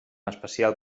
especial